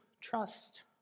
trust